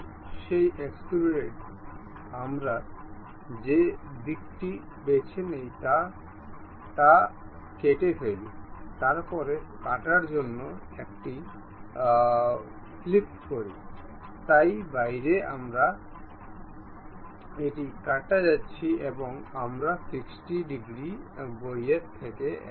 যাইহোক আমরা এই চলমান দেখতে পাচ্ছি কারণ আমরা এর জন্য স্বাধীনতার অন্যান্য ডিগ্রী সীমাবদ্ধ করিনি